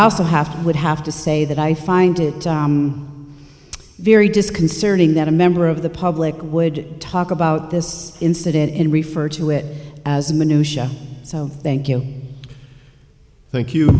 also have to would have to say that i find it very disconcerting that a member of the public would talk about this incident and refer to it as minutia so thank you thank you